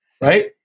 right